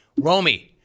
Romy